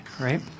Right